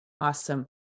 Awesome